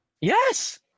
Yes